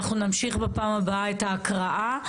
אנחנו נמשיך בפעם הבאה את ההקראה.